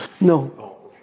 No